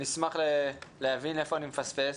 אשמח להבין איפה אני מפספס.